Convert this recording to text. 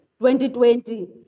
2020